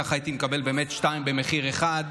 ככה הייתי מקבל באמת שניים במחיר אחד,